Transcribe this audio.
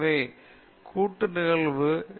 எனவே உங்கள் கூட்டு நிகழ்தகவு 0